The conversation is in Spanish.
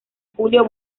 julio